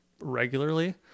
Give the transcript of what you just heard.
regularly